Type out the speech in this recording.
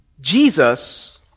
Jesus